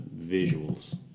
visuals